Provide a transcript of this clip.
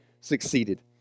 succeeded